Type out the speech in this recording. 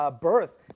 birth